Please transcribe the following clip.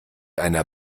einer